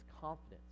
confidence